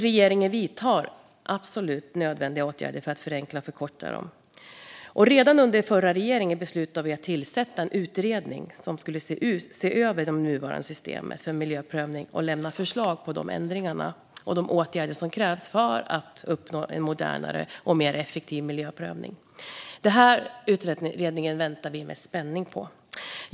Regeringen vidtar absolut nödvändiga åtgärder för att förenkla och förkorta dem. Redan under förra regeringen beslutades att tillsätta en utredning som skulle se över det nuvarande systemet för miljöprövning och lämna förslag på de ändringar och åtgärder som krävs för att uppnå en modernare och mer effektiv miljöprövning. Den utredningen väntar vi med spänning på.